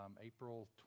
April